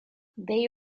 they